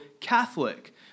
Catholic